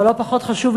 אבל לא פחות חשוב,